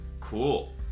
Cool